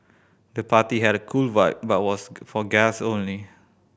the party had a cool vibe but was for guest only